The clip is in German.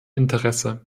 interesse